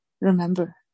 remember